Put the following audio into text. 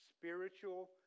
Spiritual